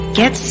get